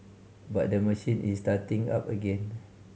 but the machine is starting up again